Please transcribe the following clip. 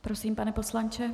Prosím, pane poslanče.